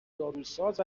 داروساز